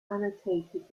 annotated